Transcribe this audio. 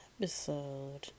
episode